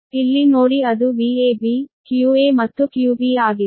ಇಲ್ಲಿ ನೋಡಿ ಅದು Vab qa ಮತ್ತು qb ಆಗಿದೆ